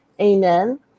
Amen